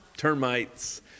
Termites